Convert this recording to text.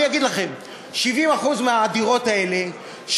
אני אגיד לכם: 70% מהדירות האלה,